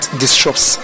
disrupts